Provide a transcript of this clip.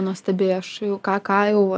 nuostabi aš jau ką ką jau